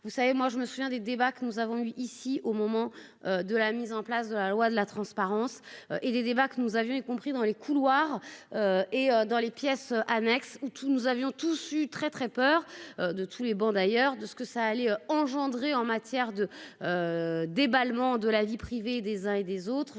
vous savez, moi je me souviens des débats que nous avons eu ici au moment de la mise en place de la loi de la transparence et les débats que nous avions, y compris dans les couloirs et dans les pièces annexes où tout nous avions tous eu très très peur de tous les bancs d'ailleurs de ce que ça allait engendrer en matière de débat allemand de la vie privée des uns et des autres,